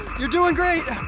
you're doing great